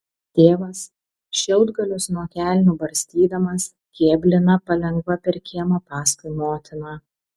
tėvas šiaudgalius nuo kelnių barstydamas kėblina palengva per kiemą paskui motiną